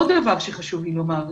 עוד דבר שחשוב לי לומר.